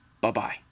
Bye-bye